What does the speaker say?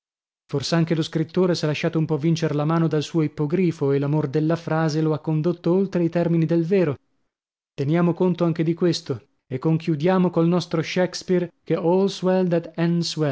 cara fors'anche lo scrittore s'è lasciato un po vincer la mano dal suo ippogrifo e l'amor della frase lo ha condotto oltre i termini del vero teniamo conto anche di questo e conchiudiamo col nostro shakespeare che all's well